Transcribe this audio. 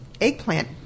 eggplant